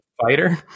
fighter